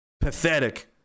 pathetic